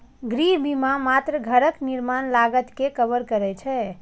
गृह बीमा मात्र घरक निर्माण लागत कें कवर करै छै